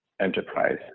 enterprise